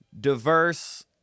diverse